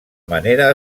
manera